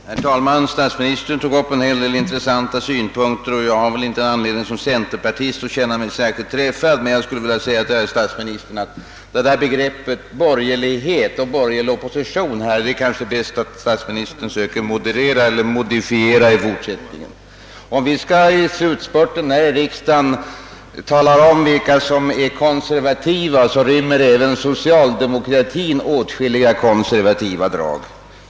Herr talman! Statsministern tog upp en hel del intressanta synpunkter, och jag har väl som centerpartist inte anledning att känna mig särskilt träffad. Men jag skulle vilja säga till statsministern, att begreppen borgerlighet och borgerlig opposition är det kanske bäst att statsministern försöker modifiera i fortsättningen. Om vi i slutspurten av riksdagen skall tala om vilka som är konservativa, så rymmer även socialdemokratin åtskilliga konservativa drag.